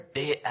day